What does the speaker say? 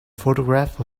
photograph